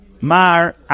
Mar